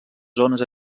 zones